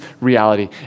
reality